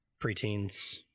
preteens